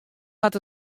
hat